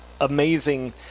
amazing